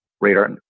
radar